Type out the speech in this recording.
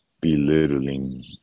belittling